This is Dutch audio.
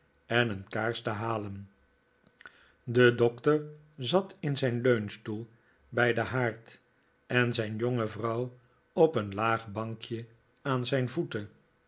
en een kaars te halen de doctor zat in zijn leunstoel bij den haard en zijn jonge vrouw op een laag bankje aan zijn voeten